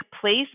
place